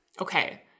Okay